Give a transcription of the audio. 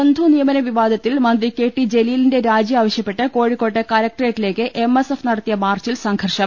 ബന്ധു നിയമന വിവാദത്തിൽ മന്ത്രി കെ ടി ജലീലിന്റെ രാജി ആവശ്യപ്പെട്ട് കോഴിക്കോട് കലക്ട്രേറ്റിലേക്ക് എം എസ് എഫ് നടത്തിയ മാർച്ചിൽ സംഘർഷം